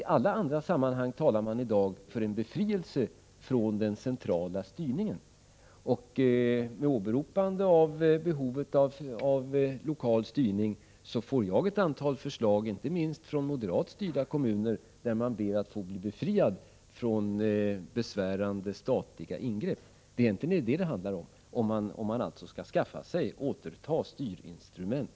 I alla andra sammanhang talar man i dag för en befrielse från den centrala styrningen. Med åberopande av behovet av lokal styrning får jag också ett antal förslag, inte minst från moderat styrda kommuner, där man begär befrielse från besvärande statliga ingrepp. Det handlar alltså om att skaffa sig, återta, styrinstrument.